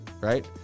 right